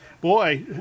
boy